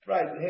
Right